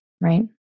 right